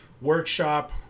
workshop